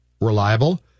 reliable